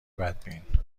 بدبین